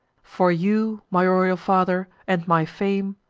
for you, my royal father, and my fame,